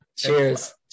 Cheers